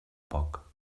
poc